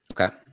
Okay